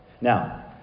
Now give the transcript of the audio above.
Now